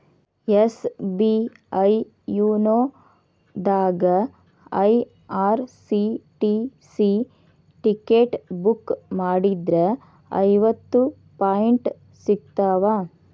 SBI YONO ದಾಗಾ IRCTC ticket book ಮಾಡಿದ್ರ ಐವತ್ತು ಪಾಯಿಂಟ್ ಸಿಗ್ತಾವ